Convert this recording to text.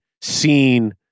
seen